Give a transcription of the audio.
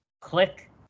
Click